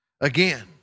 Again